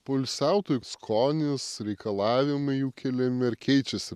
poilsiautojų skonis reikalavimai jų keliami ar keičiasi